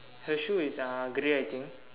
her shoe is uh grey I think